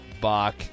Bach